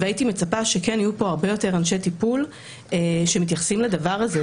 והייתי מצפה שיהיו פה הרבה יותר אנשי טיפול שמתייחסים לדבר הזה,